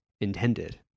intended